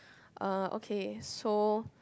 uh okay so